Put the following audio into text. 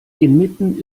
inmitten